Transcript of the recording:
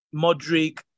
Modric